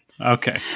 Okay